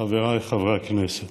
חבריי חברי הכנסת,